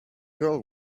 girl